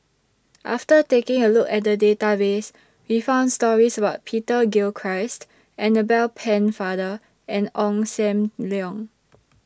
after taking A Look At The Database We found stories about Peter Gilchrist Annabel Pennefather and Ong SAM Leong